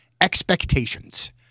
Expectations